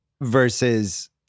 versus